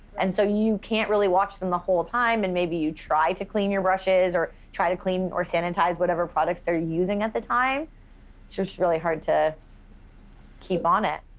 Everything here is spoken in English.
and so you can't really watch them the whole time and maybe you try to clean your brushes or try to clean or sanitize whatever products they're using at the time. it's just really hard to keep on it.